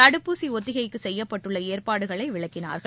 தடுப்பூசி ஒத்திகைக்கு செய்யப்பட்டுள்ள ஏற்பாடுகளை விளக்கினார்கள்